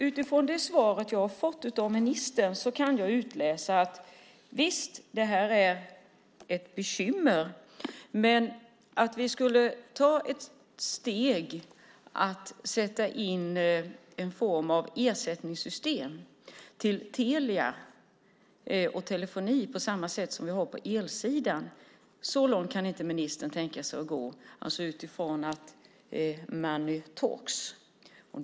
Utifrån det svar som jag har fått av ministern kan jag utläsa att det här visst är ett bekymmer, men ministern kan inte tänka sig att gå så långt som att vi skulle sätta in en form av ersättningssystem när det gäller Telia och telefonin på samma sätt som vi har på elsidan, alltså utifrån att money talks .